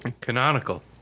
Canonical